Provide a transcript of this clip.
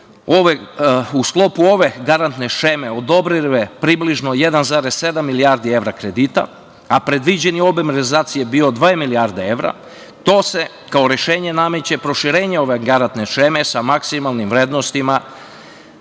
u sklopu ove garantne šeme odobrile približno 1,7 milijardi kredita, a predviđeni obim realizacije je bio dve milijarde evra, to se kao rešenje nameće proširenje ove garantne šeme sa maksimalnim vrednostima